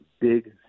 big